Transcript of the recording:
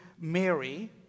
Mary